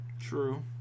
True